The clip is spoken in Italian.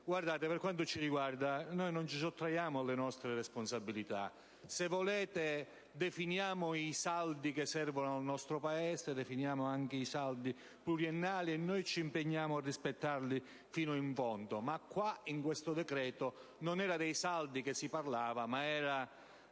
Guardate: per quanto ci riguarda, noi non ci sottraiamo alle nostre responsabilità. Se volete, definiamo i saldi che servono al nostro Paese, anche quelli pluriennali, e noi ci impegniamo a rispettarli fino in fondo. Ma in questo decreto non era dei saldi che si parlava, bensì